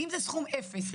אם זה סכום אפס,